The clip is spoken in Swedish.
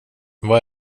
vad